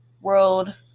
world